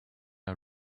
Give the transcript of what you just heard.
are